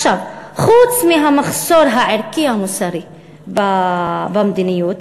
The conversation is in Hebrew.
חוץ מהמחסור הערכי המוסרי במדיניות,